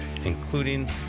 including